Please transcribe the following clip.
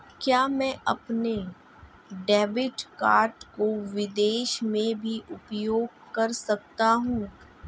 क्या मैं अपने डेबिट कार्ड को विदेश में भी उपयोग कर सकता हूं?